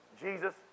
Jesus